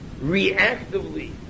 Reactively